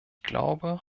glaube